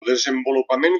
desenvolupament